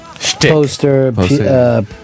poster